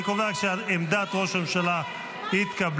אני קובע שעמדת ראש הממשלה התקבלה.